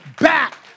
back